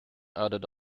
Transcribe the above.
added